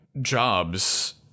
jobs